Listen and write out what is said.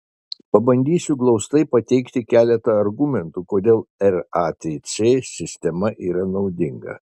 pabandysiu glaustai pateikti keletą argumentų kodėl ratc sistema yra naudinga